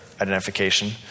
identification